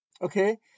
Okay